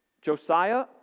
Josiah